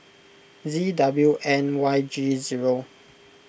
Z W N Y G zero